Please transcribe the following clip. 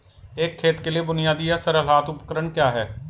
एक खेत के लिए बुनियादी या सरल हाथ उपकरण क्या हैं?